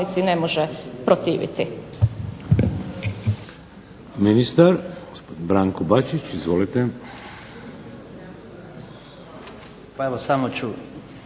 ne može protiviti.